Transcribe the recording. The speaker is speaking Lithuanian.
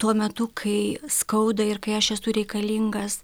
tuo metu kai skauda ir kai aš esu reikalingas